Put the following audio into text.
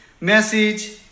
message